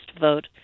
vote